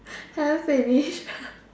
haven't finish